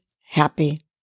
happy